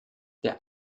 der